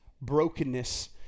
brokenness